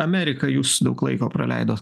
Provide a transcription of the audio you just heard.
amerika jūs daug laiko praleidot